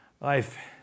Life